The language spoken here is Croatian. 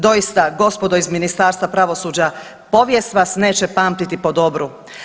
Doista gospodo iz Ministarstva pravosuđa povijest vas neće pamtiti po dobru.